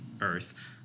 Earth